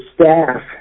staff